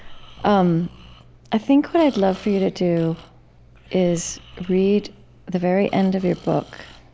um i think what i'd love for you to do is read the very end of your book.